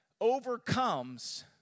Overcomes